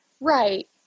Right